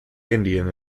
indian